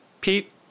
pete